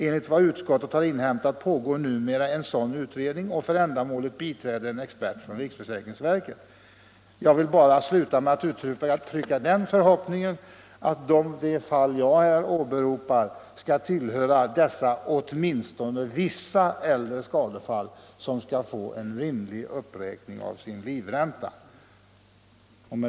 Enligt vad utskottet har inhämtat pågår numera en sådan utredning och för ändamålet biträder en expert från riksförsäkringsverket.” Jag vill avsluta mitt anförande med att uttala den förhoppningen att det fall som jag här har åberopat skall tillhöra dessa ”åtminstone vissa svåra äldre skadefall” som skall få en rimlig uppräkning av livräntan.